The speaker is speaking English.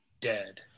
dead